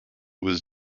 was